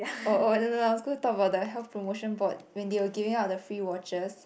oh oh no no I was going to talk about the Health-Promotion-Board when they were giving out the free watches